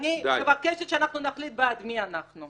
אני מבקשת שאנחנו נחליט בעד מי אנחנו.